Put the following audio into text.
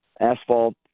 asphalt